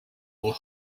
will